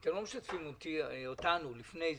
ואתם לא משתפים אותנו לפני כן,